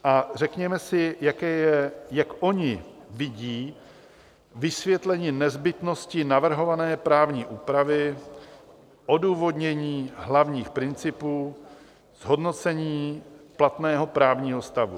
A řekněme si, jak oni vidí vysvětlení nezbytnosti navrhované právní úpravy, odůvodnění hlavních principů zhodnocení platného právního stavu.